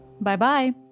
Bye-bye